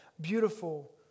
beautiful